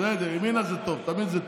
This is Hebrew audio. בסדר, ימינה זה טוב, תמיד זה טוב.